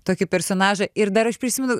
tokį personažą ir dar aš prisimenu